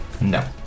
no